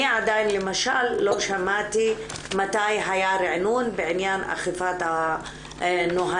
אני עדיין למשל לא שמעתי מתי היה ריענון בעניין אכיפת הנהלים,